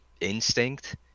instinct